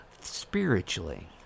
spiritually